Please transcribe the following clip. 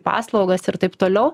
paslaugas ir taip toliau